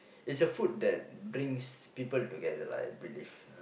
it's a food that brings people together lah I believe